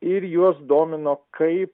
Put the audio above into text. ir juos domino kaip